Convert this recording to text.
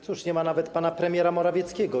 Cóż, nie ma nawet pana premiera Morawieckiego.